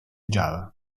java